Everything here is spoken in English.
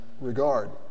regard